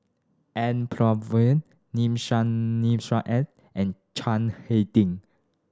N Palanivelu Nissim Nassim Adis and Chiang Hai Ding